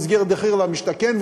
במסגרת מחיר למשתכן,